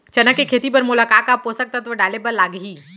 चना के खेती बर मोला का का पोसक तत्व डाले बर लागही?